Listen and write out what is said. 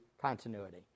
continuity